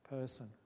person